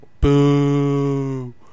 Boo